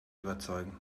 überzeugen